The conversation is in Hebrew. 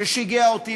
למי ששיגע אותי,